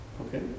Okay